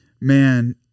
Man